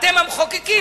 אתם המחוקקים,